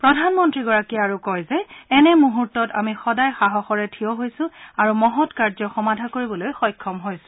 প্ৰধানমন্ত্ৰীগৰাকীয়ে কয় যে এনে মুহূৰ্তত আমি সদায় গৌৰৱেৰে থিয় হৈছো আৰু মহৎ কাৰ্য সমাধা কৰিবলৈ সক্ষম হৈছো